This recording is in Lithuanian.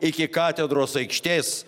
iki katedros aikštės